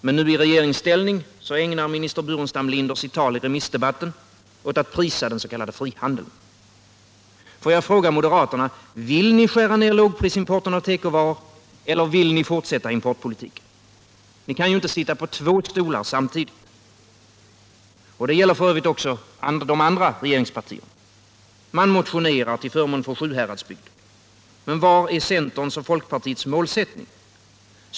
Men nu, i regeringsställning, ägnar minister Burenstam Linder sitt tal i remissdebatten åt att prisa den s.k. frihandeln. Får jag fråga moderaterna: Vill ni skära ner lågprisimporten av tekovaror, eller vill ni fortsätta importpolitiken? Ni kan ju inte sitta på två stolar samtidigt. Och detta gäller f. ö. också övriga regeringspartier. Man motionerar till förmån för Sjuhäradsbygden, men var är centerns och folkpartiets målsättning?